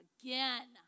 again